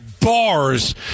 bars